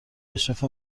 اشرف